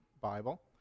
Bible